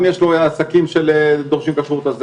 אם יש לו עסקים שדרושים כשרות,